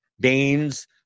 Danes